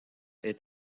est